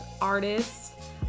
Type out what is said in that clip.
artists